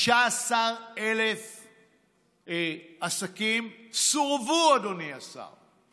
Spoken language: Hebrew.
15,000 עסקים סורבו, אדוני השר.